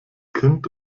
kind